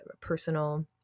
personal